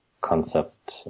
concept